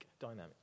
dynamic